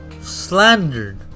slandered